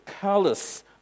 callous